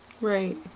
Right